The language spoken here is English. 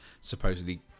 supposedly